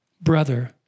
Brother